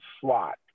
slot